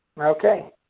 Okay